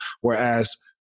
Whereas